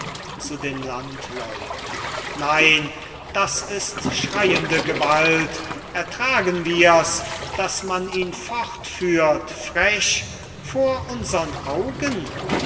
den landleuten nein das ist schreiende gewalt ertragen wir's dass man ihn fortführt frech vor unsern augen